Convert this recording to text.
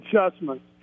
adjustments